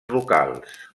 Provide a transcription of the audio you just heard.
locals